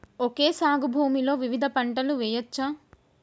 Okay సాగు భూమిలో వివిధ పంటలు వెయ్యచ్చా?